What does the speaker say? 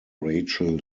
rachel